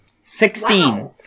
Sixteen